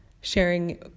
sharing